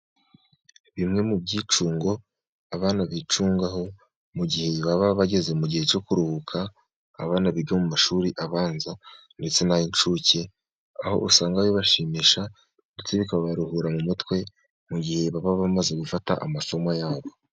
Bimwe mu byicungo abana bicungaho mu gihe baba bageze mu gihe cyo kuruhuka. Abana biga mu mashuri abanza ndetse n'ay'incuke, aho usanga bishimisha ndetse bikabaruhura mu mutwe mu gihe baba bamaze gufata amasomo yabo.